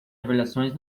avaliações